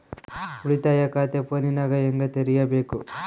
ಉಳಿತಾಯ ಖಾತೆ ಫೋನಿನಾಗ ಹೆಂಗ ತೆರಿಬೇಕು?